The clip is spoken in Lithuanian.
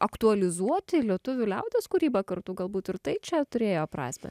aktualizuoti lietuvių liaudies kūrybą kartu galbūt ir tai čia turėjo prasmę